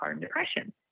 depression